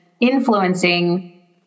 influencing